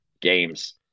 games